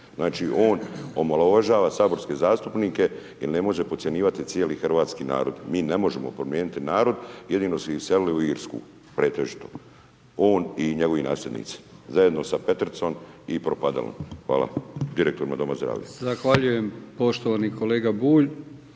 Znači, on omalovažava saborske zastupnike jer ne može podcjenjivati cijeli hrvatski narod. Mi ne možemo promijeniti narod. Jedino su ih iselili u Irsku pretežito on i njegovi nasljednici zajedno sa Petrcom i Propadalom. Hvala. Direktorima doma zdravlja.